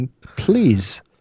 please